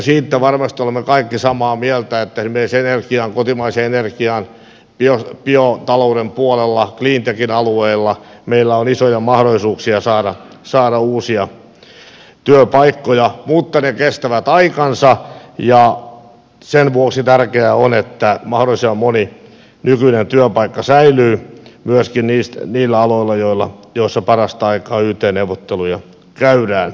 siitä varmasti olemme kaikki samaa mieltä että ne sävelet ja kotimaiseen levikki esimerkiksi kotimaisen energian biotalouden puolella cleantechin alueella meillä on isoja mahdollisuuksia saada uusia työpaikkoja mutta se kestää aikansa ja sen vuoksi tärkeää on että mahdollisimman moni nykyinen työpaikka säilyy myöskin niillä aloilla joilla parasta aikaa yt neuvotteluja käydään